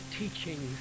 teaching